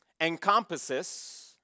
encompasses